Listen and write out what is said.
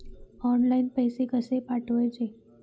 Online पैसे कशे पाठवचे?